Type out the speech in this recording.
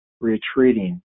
retreating